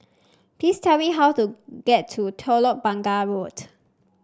please tell me how to get to Telok Blangah Road